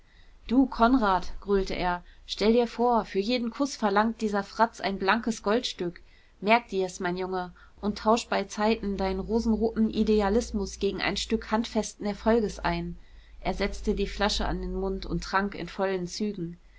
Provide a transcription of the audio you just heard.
du konrad gröhlte er stell dir vor für jeden kuß verlangt dieser fratz ein blankes goldstück merk dir's mein junge und tausch beizeiten deinen rosenroten idealismus gegen ein stück handfesten erfolges ein er setzte die flasche an den mund und trank in vollen zügen